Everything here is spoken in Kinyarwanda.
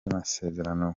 masezerano